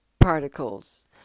particles